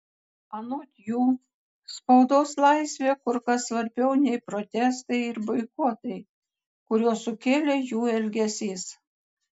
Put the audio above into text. anot jų spaudos laisvė kur kas svarbiau nei protestai ir boikotai kuriuos sukėlė jų elgesys